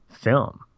film